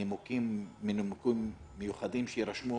שהנימוקים יהיו מנימוקים ייחודיים שיירשמו,